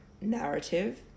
narrative